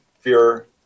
fear